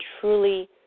truly